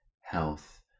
health